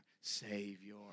Savior